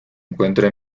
encuentra